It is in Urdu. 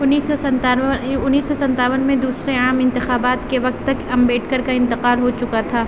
انیس سو ستانوے انیس سو ستاون میں دوسرے عام انتخابات کے وقت تک امبیڈکر کا انتقال ہو چکا تھا